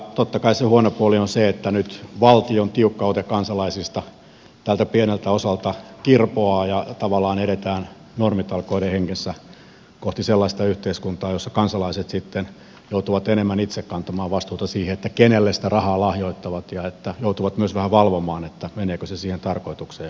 totta kai se huono puoli on se että nyt valtion tiukka ote kansalaisista tältä pieneltä osalta kirpoaa ja tavallaan edetään normitalkoiden hengessä kohti sellaista yhteiskuntaa jossa kansalaiset joutuvat enemmän itse kantamaan vastuuta siitä kenelle sitä rahaa lahjoittavat ja joutuvat myös vähän valvomaan meneekö se siihen tarkoitukseen johon on tarkoitettu